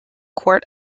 court